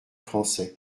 français